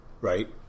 Right